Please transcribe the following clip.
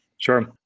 Sure